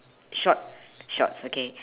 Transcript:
short shorts okay